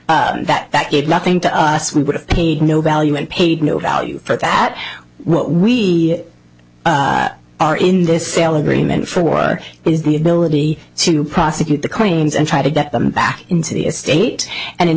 value that did nothing to us we would have paid no value and paid no value for that what we are in this sale agreement for is the ability to prosecute the claims and try to get them back into the estate and in